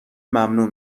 ممنوع